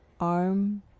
arm